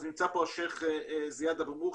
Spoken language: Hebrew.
נמצא פה השיח' אבו מוך,